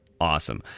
Awesome